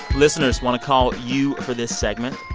listeners, want to call you for this segment.